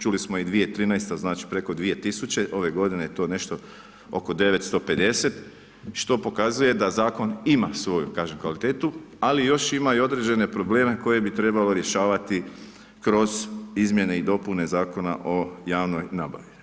Čuli smo i 2013. znači preko 2000., ove godine je to nešto oko 950 što pokazuje da zakon ima svoju kažem kvalitetu ali još ima i određene probleme koje bi trebalo rješavati kroz Izmjene i dopune Zakona o javnoj nabavi.